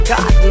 God